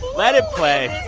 let it play